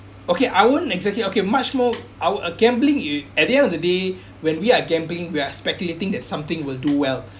okay I won't exactly okay much more our uh gambling you at the end of the day when we are gambling we are speculating that something will do well